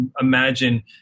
imagine